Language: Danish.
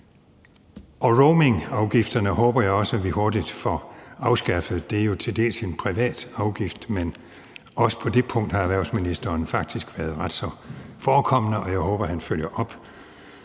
Roamingafgifterne håber jeg også vi hurtigt får afskaffet. Det er jo til dels en privat afgift, men også på det punkt har erhvervsministeren faktisk været ret så forekommende, og jeg håber, han følger op.